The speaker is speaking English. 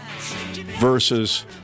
versus